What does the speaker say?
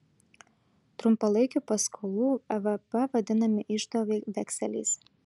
trumpalaikių paskolų vp vadinami iždo vekseliais